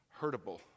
hurtable